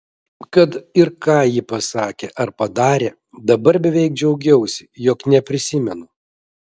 kad ir ką ji pasakė ar padarė dabar beveik džiaugiausi jog neprisimenu